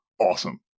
Awesome